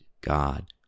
God